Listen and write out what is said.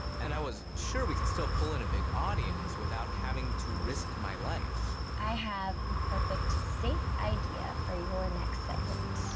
and i was sure we could still pull in a big audience without having to risk my life. i have the perfect safe idea for your next segment.